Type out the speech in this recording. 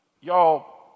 Y'all